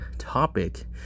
topic